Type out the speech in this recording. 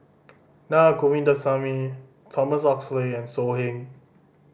Naa Govindasamy Thomas Oxley and So Heng